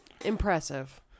Impressive